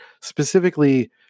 specifically